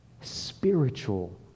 spiritual